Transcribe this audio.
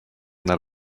that